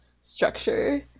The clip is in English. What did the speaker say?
structure